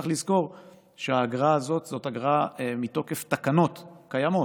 צריך לזכור שהאגרה הזאת זאת אגרה מתוקף תקנות קיימות,